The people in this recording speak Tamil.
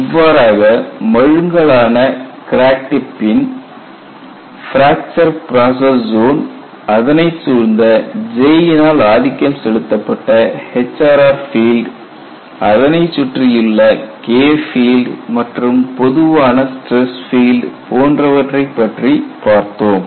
இவ்வாறாக மழுங்கலான கிராக் டிப்பின் பிராக்சர் ப்ராசஸ் ஜோன் அதனைச் சூழ்ந்த J யினால் ஆதிக்கம் செலுத்தப்பட்ட HRR பீல்டு அதனைச் சுற்றியுள்ள K பீல்டு மற்றும் பொதுவான ஸ்டிரஸ் பீல்டு போன்றவற்றை பற்றி பார்த்தோம்